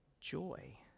joy